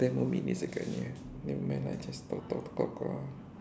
ten more minutes agaknya nevermid lah just talk talk talk lah